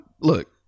look